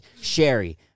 Sherry